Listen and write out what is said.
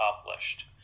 accomplished